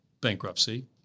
bankruptcy